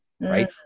right